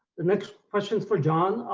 the next question's for john.